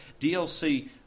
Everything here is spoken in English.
DLC